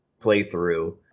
playthrough